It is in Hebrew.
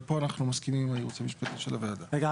כאן אנחנו מסכימים עם הייעוץ המשפטי של הוועדה.